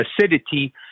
acidity